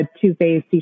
two-phase